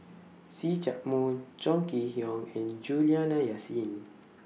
See Chak Mun Chong Kee Hiong and Juliana Yasin